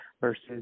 versus